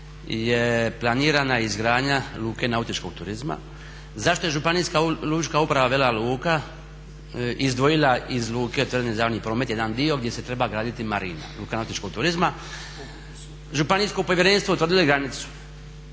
je planirana izgradnja luke nautičkog turizma. Zašto je županijska lučka uprava Vela Luka izdvojila iz luke … promet jedan dio gdje se treba graditi marina, luka nautičkog turizma. Županijsko povjerenstvo utvrdilo je granicu